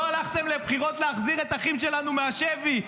לא הלכתם לבחירות על להחזיר את האחים שלנו מהשבי.